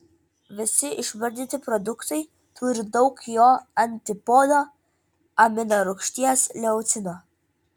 visi išvardyti produktai turi daug jo antipodo aminorūgšties leucino